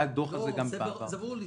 היה דוח על זה גם -- זה ברור לי,